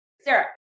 Sarah